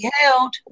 held